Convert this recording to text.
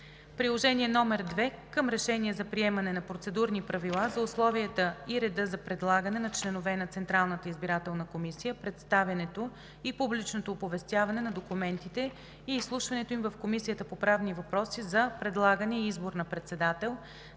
Приложение № 3 към Решение за приемане на Процедурни правила за условията и реда за предлагане на членове на Централната избирателна комисия, представянето и публичното оповестяване на документите и изслушването им в Комисията по правни въпроси, за предлагане и избор на председател,